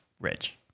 rich